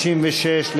296,